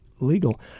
legal